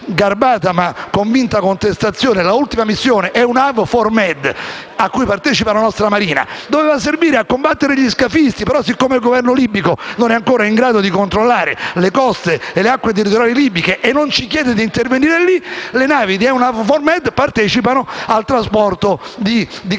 contestazione - EUNAVFOR Med a cui partecipa la nostra Marina doveva servire a combattere gli scafisti. Ma, siccome il Governo libico non è ancora in grado di controllare le coste e le acque territoriali libiche e non ci chiede di intervenire lì, le navi di EUNAVFOR Med partecipano al trasporto di clandestini.